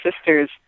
sisters